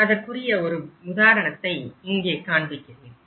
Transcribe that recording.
நான் அதற்குரிய ஒரு உதாரணத்தை இங்கே காண்பிக்கிறேன்